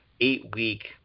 eight-week